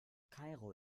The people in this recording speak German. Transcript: kairo